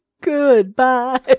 Goodbye